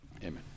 Amen